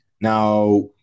Now